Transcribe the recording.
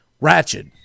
ratchet